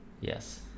Yes